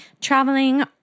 traveling